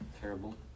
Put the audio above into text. Terrible